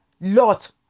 Lot